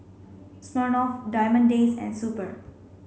Smirnoff Diamond Days and Super